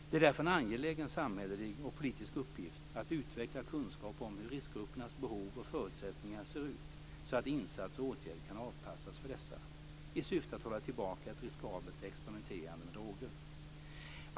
Det är därför en angelägen samhällelig och politisk uppgift att utveckla kunskap om hur riskgruppernas behov och förutsättningar ser ut så att insatser och åtgärder kan avpassas för dessa, i syfte att hålla tillbaka ett riskabelt experimenterande med droger.